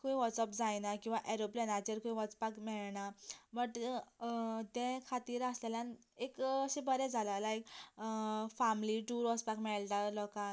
खंय वचप जायना किंवां एरोप्लेनाचेर खंय वचपाक मेळना म्हटल् ते खातीर आसलेल्यान एक अशें बरें जाला लायक फेमिली टुर वचपाक मेळटा लोकांक